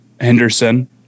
Henderson